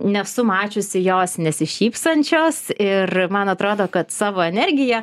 nesu mačiusi jos nesišypsančios ir man atrodo kad savo energija